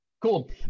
Cool